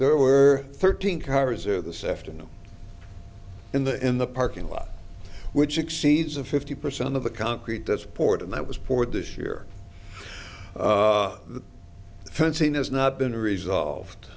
there were thirteen cars or the sefton in the in the parking lot which exceeds a fifty percent of the concrete to support and that was poured this year the fencing has not been resolved